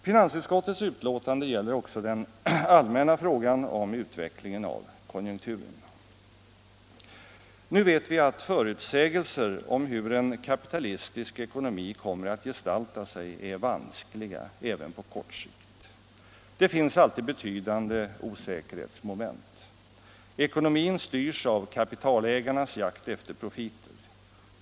Finansutskottets betänkande gäller också den allmänna frågan om utvecklingen av konjunkturen. Nu vet vi att förutsägelser om hur en kapitalistisk ekonomi kommer att gestalta sig är vanskliga även på kort sikt. Det finns alltid betydande osäkerhetsmoment. Ekonomin styrs av kapitalägarnas jakt efter profiter.